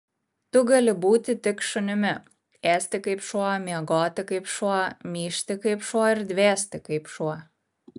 tu gali būti tik šunimi ėsti kaip šuo miegoti kaip šuo myžti kaip šuo ir dvėsti kaip šuo